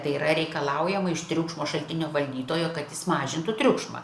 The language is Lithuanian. tai yra reikalaujama iš triukšmo šaltinio valdytojo kad jis mažintų triukšmą